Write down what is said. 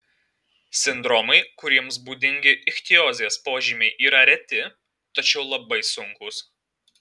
sindromai kuriems būdingi ichtiozės požymiai yra reti tačiau labai sunkūs